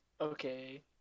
Okay